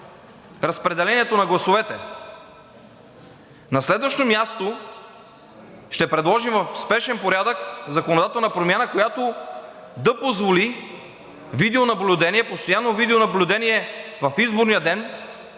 разпределението на гласовете. На следващо място, ще предложим в спешен порядък законодателна промяна, която да позволи постоянно видеонаблюдение в изборния ден